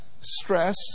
stress